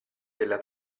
della